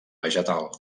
vegetal